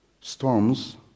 Storms